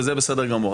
וזה בסדר גמור.